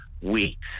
weeks